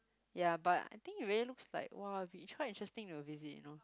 ya but I think it really looks like !wah! beach quite interesting to visit you know